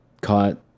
caught